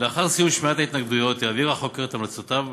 לאחר סיום שמיעת ההתנגדויות יעביר החוקר את המלצותיו,